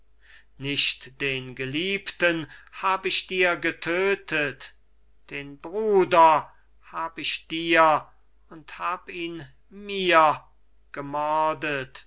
nicht den geliebten hab ich dir getödtet den bruder hab ich dir und hab ihn mir gemordet dir